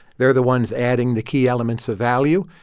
they're the ones adding the key elements of value.